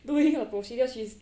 doing her procedures she's